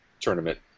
tournament